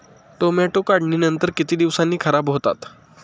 Tomato काढणीनंतर किती दिवसांनी खराब होतात?